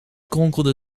kronkelde